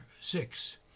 six